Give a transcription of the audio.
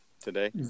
today